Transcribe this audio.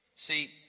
See